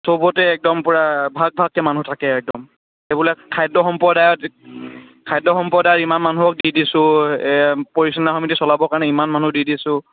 চবতে একদম পূৰা ভাগ ভাগকৈ মানুহ থাকে একদম সেইবিলাক খাদ্য সম্প্ৰদায়ত খাদ্য সম্প্ৰদায় ইমান মানুহক দি দিছোঁ এই পৰিচালনা সমিতি চলাবৰ কাৰণে ইমান মানুহ দিছোঁ